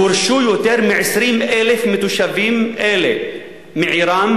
גורשו יותר מ-20,000 מתושבים אלה מעירם,